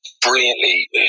brilliantly